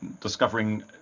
discovering